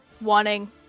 wanting